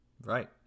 Right